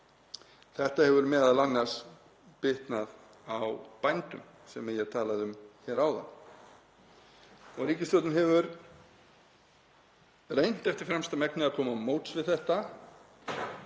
Þetta hefur m.a. bitnað á bændum sem ég talaði um hér áðan. Ríkisstjórnin hefur reynt eftir fremsta megni að koma til móts við þetta